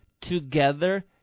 together